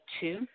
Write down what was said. two